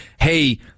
hey